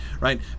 right